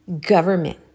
government